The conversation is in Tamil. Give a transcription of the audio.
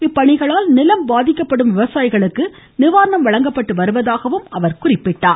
இப்பணிகளால் நிலம் பாதிக்கப்படும் விவசாயிகளுக்கு நிவாரணம் வழங்கப்பட்டு வருவதாகவும் அவர் தெரிவித்தார்